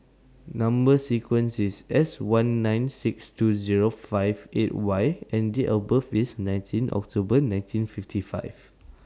Number sequence IS S one nine six two Zero five eight Y and Date of birth IS nineteen October nineteen fifty five